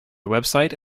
website